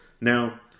Now